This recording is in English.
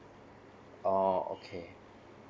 oh okay